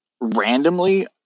randomly